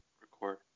record